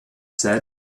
said